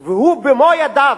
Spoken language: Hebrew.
והוא, במו-ידיו,